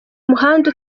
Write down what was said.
muhanda